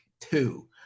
two